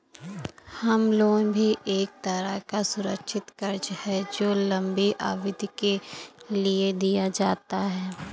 home loan भी एक तरह का सुरक्षित कर्ज है जो लम्बी अवधि के लिए दिया जाता है